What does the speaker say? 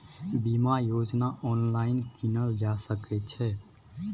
बीमा योजना ऑनलाइन कीनल जा सकै छै?